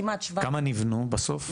כמה נבנו בסוף?